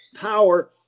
power